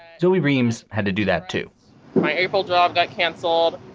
so we reames had to do that to my april job, got cancelled.